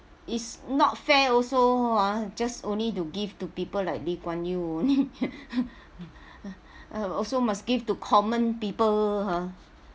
it's not fair also ah just only to give to people like lee kuan yew only also must give to common people !huh!